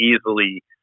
easily